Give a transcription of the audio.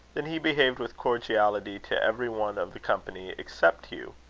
than he behaved with cordiality to every one of the company except hugh.